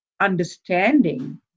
understanding